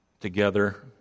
together